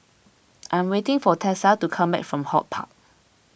I am waiting for Tessa to come back from HortPark